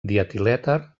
dietilèter